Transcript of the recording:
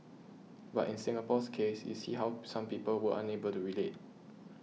but in Singapore's case you see how some people were unable to relate